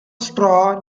straw